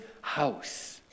house